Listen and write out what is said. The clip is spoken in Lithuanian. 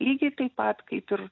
lygiai taip pat kaip ir